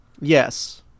yes